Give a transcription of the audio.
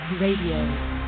Radio